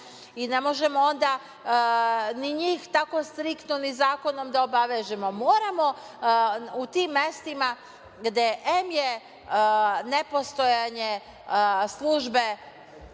i ne možemo onda ni njih tako striktno ni zakonom da obavežemo. Moramo u tim mestima gde, em je nepostojanje službe,